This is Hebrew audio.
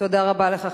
תודה רבה לך,